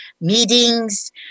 meetings